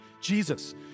Jesus